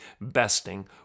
besting